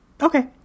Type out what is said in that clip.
Okay